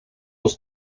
los